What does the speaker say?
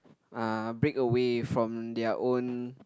uh break away from their own